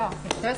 בשעה